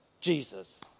Jesus